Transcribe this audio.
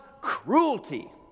cruelty